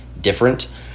different